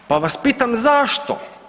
Pa vas pitam zašto?